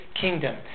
kingdom